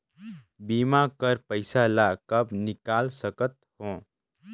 बीमा कर पइसा ला कब निकाल सकत हो?